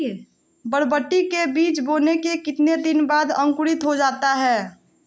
बरबटी के बीज बोने के कितने दिन बाद अंकुरित हो जाता है?